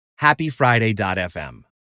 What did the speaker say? happyfriday.fm